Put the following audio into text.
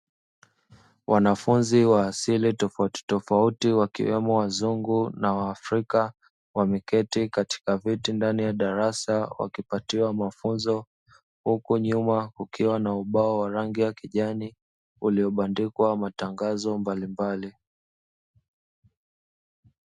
Wanafunzi wa asili tofautitofauti wakiwemo wazungu na waafrika, wameketi katika viti ndani ya darasa na wakipatiwa mafunzo, huku nyuma kukiwa na ubao wa rangi ya kijani uliobandikwa matangazo mbalimbali.